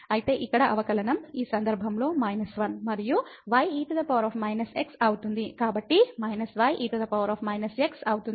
అయితే ఇక్కడ అవకలనం ఈ సందర్భంలో −1 మరియు ye x అవుతుంది కాబట్టి −ye x అవుతుంది